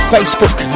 Facebook